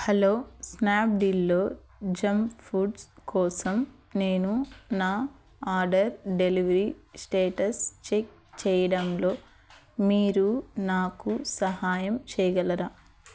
hello స్నాప్డీల్లో junk foods కోసం నేను నా ఆర్డర్ డెలివరీ స్టేటస్ చెక్ చేయడంలో మీరు నాకు సహాయం చేయగలరా